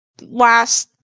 last